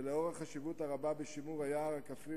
ולאור החשיבות הרבה של שימור היער הכפרי